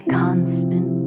constant